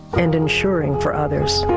and ensuring for others.